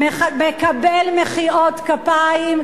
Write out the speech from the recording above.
כפיים.